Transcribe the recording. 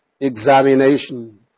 Examination